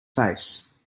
face